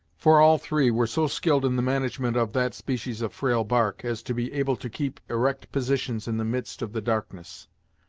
for all three were so skilled in the management of that species of frail bark, as to be able to keep erect positions in the midst of the darkness.